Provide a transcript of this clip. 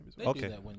Okay